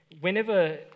whenever